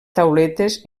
tauletes